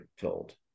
told